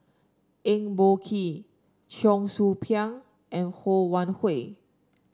Eng Boh Kee Cheong Soo Pieng and Ho Wan Hui